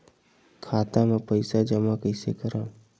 खाता म पईसा जमा कइसे करव?